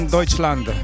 Deutschland